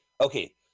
Okay